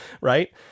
Right